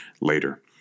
later